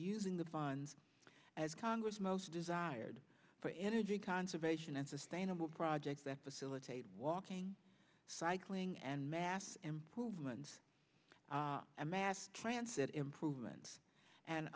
using the funds as congress most desired for energy conservation and sustainable projects that facilitate walking cycling and mass improvements to mass transit improvements and